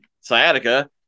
Sciatica